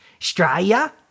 Australia